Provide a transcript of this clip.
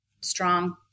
strong